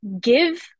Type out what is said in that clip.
give